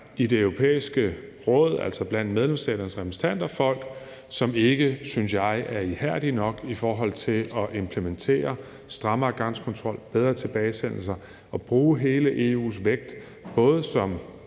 i Det Europæiske Råd, altså blandt medlemsstaternes repræsentanter, er folk, som ikke, synes jeg, er ihærdige nok i forhold til at implementere strammere grænsekontrol og bedre tilbagesendelser og bruge hele EU's vægt både som